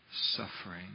suffering